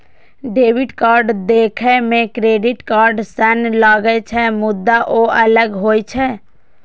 debit card देखै मे credit card सन लागै छै, मुदा ओ अलग होइ छै